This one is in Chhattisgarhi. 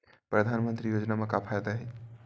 परधानमंतरी योजना म का फायदा?